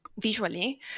visually